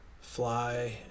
fly